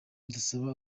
ndasaba